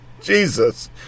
Jesus